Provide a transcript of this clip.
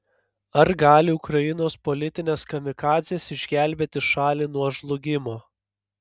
ar gali ukrainos politinės kamikadzės išgelbėti šalį nuo žlugimo